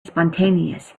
spontaneous